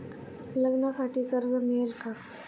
लग्नासाठी कर्ज मिळेल का?